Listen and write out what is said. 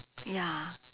ya